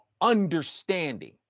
understanding